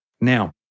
Now